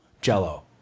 jello